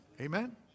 Amen